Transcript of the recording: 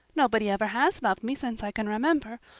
nobody ever has loved me since i can remember.